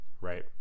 right